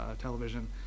television